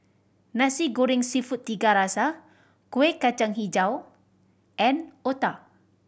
Nasi Goreng Seafood Tiga Rasa Kueh Kacang Hijau and otah